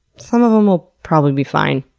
some of them will probably be fine.